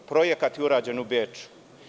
Projekat je urađen u Beču.